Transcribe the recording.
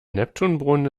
neptunbrunnen